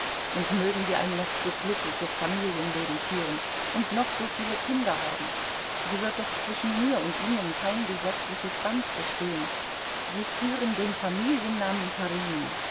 und mögen wir ein noch so glückliches familienleben führen und noch so viele kinder haben so wird doch zwischen mir und ihnen kein gesetzliches band bestehen sie führen den familiennamen